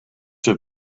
have